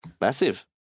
massive